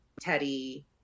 Teddy